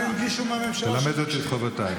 אין מישהו מהממשלה, תלמד אותי את חובותיי.